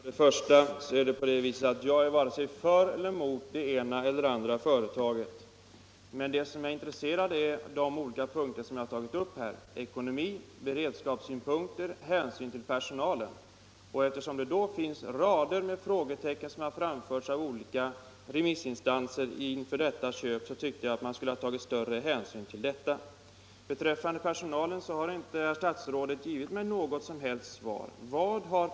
Herr talman! Jag är varken för eller emot det ena eller det andra företaget. Vad som intresserar mig är de olika punkter som jag har tagit upp: ekonomi, beredskapssynpunkter, hänsyn till personalen. Eftersom olika remissinstanser har satt rader av frågetecken inför detta köp tycker jag att man skulle ha tagit större hänsyn till det. Beträffande personalen har statsrådet inte givit mig något som helst svar.